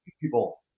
People